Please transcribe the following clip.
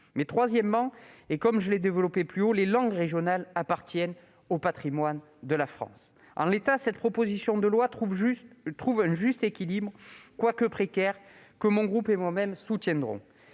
; troisièmement, comme je l'ai développé plus haut, les langues régionales appartiennent au patrimoine de la France. En l'état, cette proposition de loi trouve un juste équilibre, quoique précaire ; avec mon groupe, nous la soutiendrons.